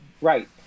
Right